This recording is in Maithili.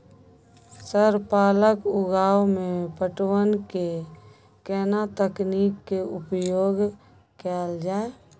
सर पालक उगाव में पटवन के केना तकनीक के उपयोग कैल जाए?